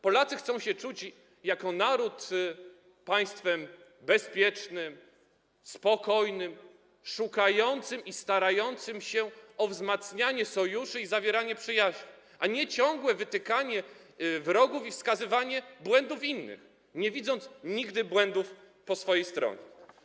Polacy chcą się czuć jako naród państwem bezpiecznym, spokojnym, szukającym i starającym się o wzmacnianie sojuszy i zawieranie przyjaźni - a nie ciągłe wskazywanie wrogów i wytykanie błędów innych, nie widząc nigdy błędów po swojej stronie.